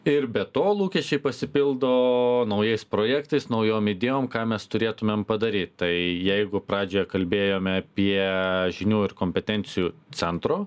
ir be to lūkesčiai pasipildo naujais projektais naujom idėjom ką mes turėtumėm padaryt tai jeigu pradžioje kalbėjom apie žinių ir kompetencijų centro